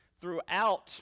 throughout